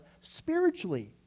spiritually